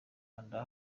kanda